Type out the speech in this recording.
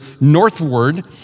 northward